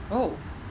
oh